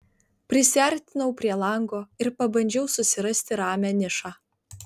prisiartinau prie lango ir pabandžiau susirasti ramią nišą